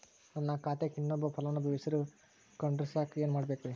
ನನ್ನ ಖಾತೆಕ್ ಇನ್ನೊಬ್ಬ ಫಲಾನುಭವಿ ಹೆಸರು ಕುಂಡರಸಾಕ ಏನ್ ಮಾಡ್ಬೇಕ್ರಿ?